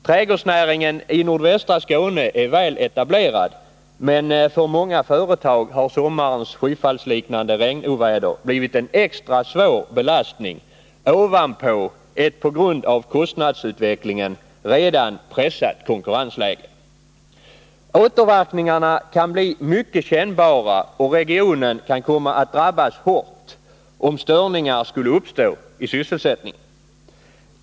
Trädgårdsnäringen i nordvästra Skåne är väl etablerad, men för många företag har sommarens skyfallsliknande regnoväder blivit en extra svår belastning ovanpå ett på grund av kostnadsutvecklingen redan pressat konkurrensläge. Återverkningarna kan bli mycket kännbara, och regionen kan komma att drabbas hårt, om störningar skulle uppstå i sysselsättningen.